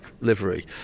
livery